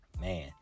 man